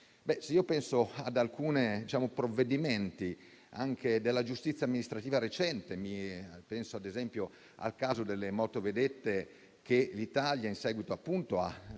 Penso ad alcuni provvedimenti, anche della giustizia amministrativa recente, come il caso delle motovedette, che l'Italia, in seguito ad